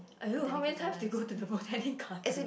!aiyo! how many times did you go to the Botanic-Gardens